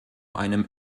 einem